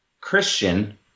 Christian